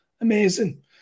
Amazing